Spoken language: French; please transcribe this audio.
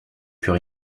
plus